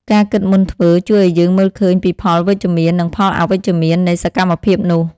ការគិតមុនធ្វើ ជួយឱ្យយើងមើលឃើញពីផលវិជ្ជមាន និងផលអវិជ្ជមាននៃសកម្មភាពនោះ។